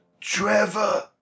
Trevor